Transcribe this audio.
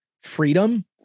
freedom